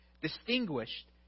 distinguished